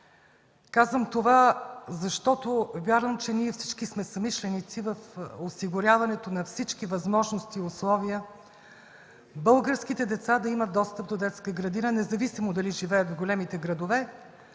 Казвам това, защото вярвам, че всички ние сме съмишленици в осигуряването на всички възможни условия българските деца да имат достъп до детска градина, независимо дали живеят в големите градове,